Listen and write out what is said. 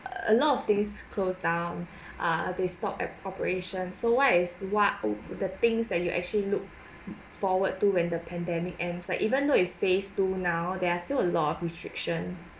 a lot of things closed down ah they stopped at operation so what is what the things that you actually look forward to when the pandemic ends like even though it's phase two now there are still a lot of restrictions